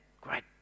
Great